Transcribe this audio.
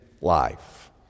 life